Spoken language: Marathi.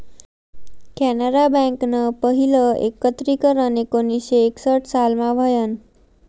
कॅनरा बँकनं पहिलं एकत्रीकरन एकोणीसशे एकसठ सालमा व्हयनं